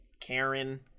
karen